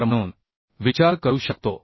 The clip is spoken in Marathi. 4 म्हणून विचार करू शकतो